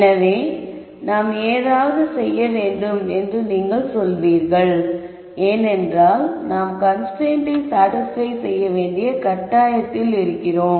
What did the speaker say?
எனவே நாம் ஏதாவது செய்ய வேண்டும் என்று நீங்கள் சொல்வீர்கள் ஏனென்றால் நாம் கன்ஸ்ரைன்ட்டை சாடிஸ்பய் செய்ய வேண்டிய கட்டாயத்தில் இருக்கிறோம்